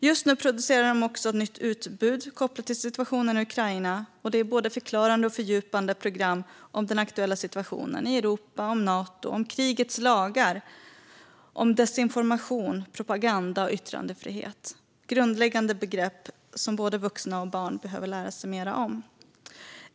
Just nu producerar de också nytt utbud kopplat till situationen i Ukraina. Det är både förklarande och fördjupande program om den aktuella situationen i Europa, om Nato, om krigets lagar och om desinformation, propaganda och yttrandefrihet. Det är grundläggande begrepp som både vuxna och barn behöver lära sig mer om.